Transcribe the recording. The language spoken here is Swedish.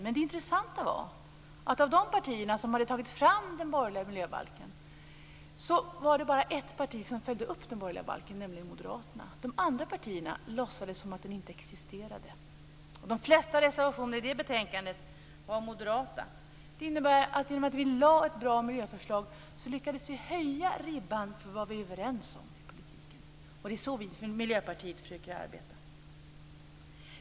Men det intressanta var att av de partier som hade tagit fram den borgerliga miljöbalken var det bara ett parti som följde upp den, nämligen Moderaterna. De andra partierna låtsades som om den inte existerade. De flesta reservationerna i det betänkandet var moderata. Det innebär att vi, genom att vi lade fram ett bra miljöförslag, lyckades höja ribban för vad vi är överens om i politiken. Det är så vi i Miljöpartiet försöker arbeta.